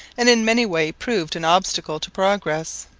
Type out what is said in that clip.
and in many ways proved an obstacle to progress.